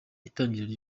itangiriro